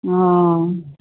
ओ